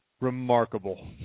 remarkable